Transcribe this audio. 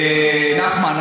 נחמן,